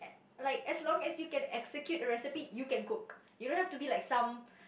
like as long as you can execute recipe you can cook you don't have to be like some